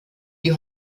die